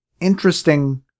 interesting